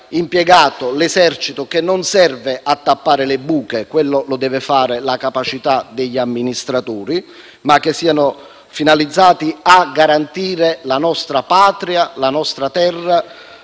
impiegato l'Esercito, che non serve a tappare le buche (quello lo deve fare la capacità degli amministratori), e che sia finalizzato a garantire la nostra Patria, la nostra terra,